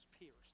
pierced